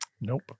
Nope